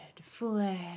flag